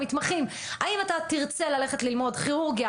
את המתמחים: האם אתה תרצה ללכת ללמוד כירורגיה